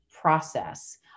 process